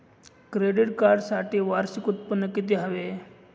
Credit कार्डसाठी वार्षिक उत्त्पन्न किती हवे?